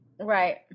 Right